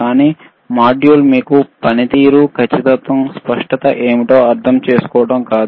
కాని మాడ్యూల్ మీకు పనితీరు ఖచ్చితత్వం స్పష్టత ఏమిటో అర్థం చేసుకోవడం కాదు